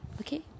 Okay